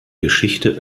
geschichte